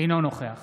אינו נוכח